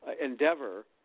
endeavor